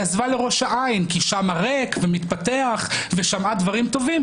עזבה לראש העין כי שם ריק ומתפתח והיא שמעה דברים טובים,